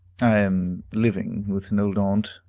i am living with an old aunt,